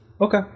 Okay